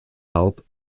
help